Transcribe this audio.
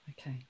Okay